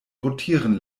rotieren